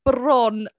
Bron